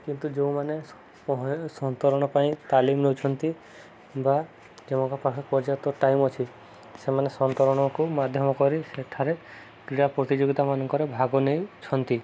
କିନ୍ତୁ ଯୋଉମାନେହ ସନ୍ତରଣ ପାଇଁ ତାଲିମ ନେଉଛନ୍ତି ବା ଯେଉଁମାନଙ୍କ ପାଖରେ ପର୍ଯ୍ୟାପ୍ତ ଟାଇମ୍ ଅଛି ସେମାନେ ସନ୍ତରଣକୁ ମାଧ୍ୟମ କରି ସେଠାରେ କ୍ରୀଡ଼ା ପ୍ରତିଯୋଗିତାମାନଙ୍କରେ ଭାଗ ନେଇଛନ୍ତି